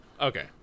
Okay